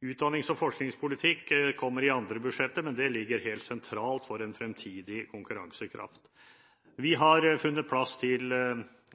Utdannings- og forskningspolitikk kommer i andre budsjetter, men det ligger helt sentralt for den fremtidige konkurransekraften. Vi har funnet plass til